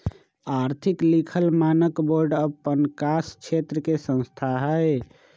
आर्थिक लिखल मानक बोर्ड अप्पन कास क्षेत्र के संस्था हइ